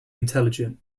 intelligent